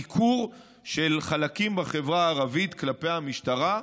ניכור של חלקים בחברה הערבית כלפי המשטרה,